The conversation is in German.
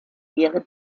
tiere